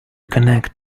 connect